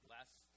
Last